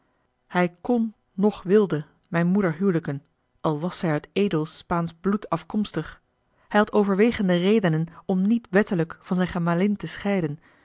hij kon noch wilde mijne moeder hijliken al was zij uit edel spaansch bloed afkomstig hij had overwegende redenen om niet wettelijk van zijne gemalin te scheiden